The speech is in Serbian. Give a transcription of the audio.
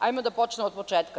Hajde da počnemo od početka.